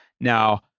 Now